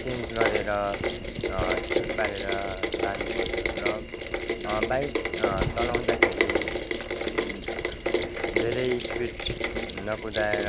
change गरेर ठिक पारेर लानु पऱ्यो र बाइक चलाउँदाखेरि धेरै स्पिड नकुदाएर